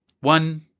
one